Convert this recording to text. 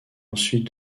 ensuite